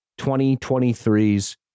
2023's